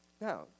Now